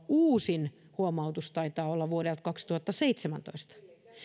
uusin huomautus taitaa olla vuodelta kaksituhattaseitsemäntoista